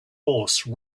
horse